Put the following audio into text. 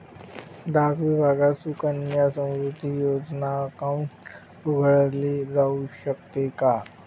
डाक विभागात सुकन्या समृद्धी योजना अकाउंट उघडले जाऊ शकते का?